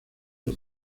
los